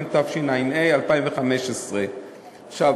התשע"ה 2015. עכשיו,